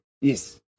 Yes